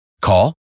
Call